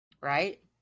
right